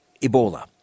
Ebola